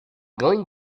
going